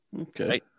Okay